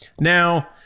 Now